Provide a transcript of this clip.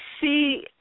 see